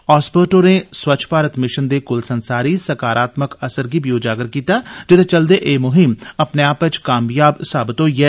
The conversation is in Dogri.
ऑस्बर्ट होरें स्वच्छ भारत मिशन दे कुलसंसारी सकारात्मक असर गी बी उजागर कीता जेदे चलदे एह् मुहीम अपने आपै च कामयाब साबत होई ऐ